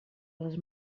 les